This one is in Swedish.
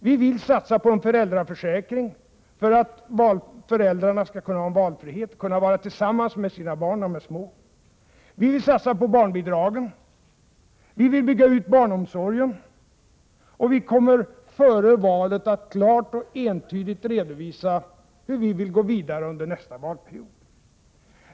Vi vill satsa på en föräldraförsäkring för att föräldrarna skall kunna ha valfrihet och vara tillsammans med sina barn när de är små. Vi vill satsa på barnbidragen, vi vill bygga ut barnomsorgen, och vi kommer före valet att klart och entydigt redovisa hur vi vill gå vidare under nästa valperiod.